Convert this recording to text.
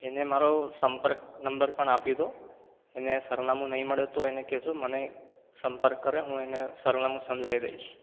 એને મારો સંપર્ક નંબર પણ આપી દો એને સરનામું નહીં મળે તો એને કહેજો મને સંપર્ક કરે હું એને સરનામું સમજાવી દઇશ